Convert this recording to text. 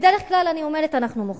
בדרך כלל, אני אומרת, אנחנו מוחים.